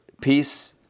peace